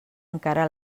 encara